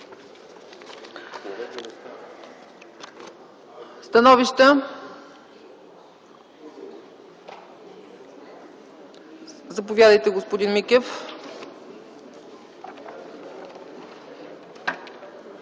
Становища? Заповядайте, господин Микев.